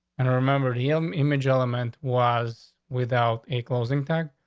and i remember him. image element was without a closing tax.